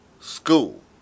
school